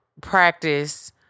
practice